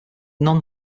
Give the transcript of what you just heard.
non